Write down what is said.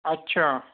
اچھا